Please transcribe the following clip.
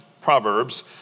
Proverbs